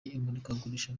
imurikagurisha